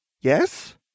Yes